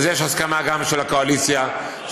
אז יש הסכמה גם של הקואליציה שהדבר